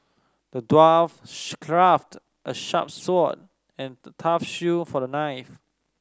the dwarf crafted a sharp sword and tough shield for the knight